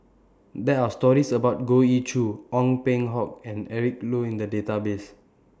There Are stories about Goh Ee Choo Ong Peng Hock and Eric Low in The Database